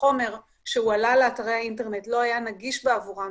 החומר הועלה לאתרי האינטרנט לא היה נגיש עבורם,